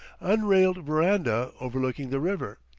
unrailed veranda overlooking the river.